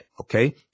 Okay